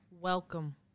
Welcome